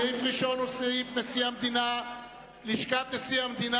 סעיף ראשון הוא סעיף לשכת נשיא המדינה